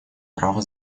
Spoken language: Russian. права